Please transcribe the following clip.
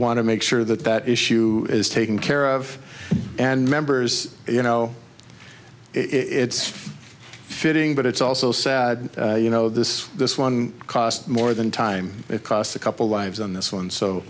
to make sure that that issue is taken care of and members you know it's fitting but it's also sad you know this this one cost more than time it cost a couple lives on this one so